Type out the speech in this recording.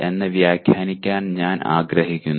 എന്ന് വ്യാഖ്യാനിക്കാൻ ഞാൻ ആഗ്രഹിക്കുന്നു